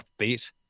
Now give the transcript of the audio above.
upbeat